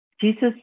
Jesus